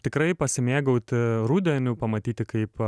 tikrai pasimėgauti rudeniu pamatyti kaip